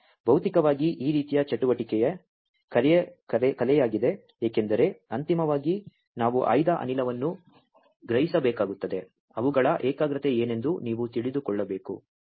ಆದ್ದರಿಂದ ಭೌತಿಕವಾಗಿ ಈ ರೀತಿಯ ಚಟುವಟಿಕೆಯ ಕಲೆಯಾಗಿದೆ ಏಕೆಂದರೆ ಅಂತಿಮವಾಗಿ ನಾವು ಆಯ್ದ ಅನಿಲವನ್ನು ಗ್ರಹಿಸಬೇಕಾಗುತ್ತದೆ ಅವುಗಳ ಏಕಾಗ್ರತೆ ಏನೆಂದು ನೀವು ತಿಳಿದುಕೊಳ್ಳಬೇಕು